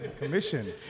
Commission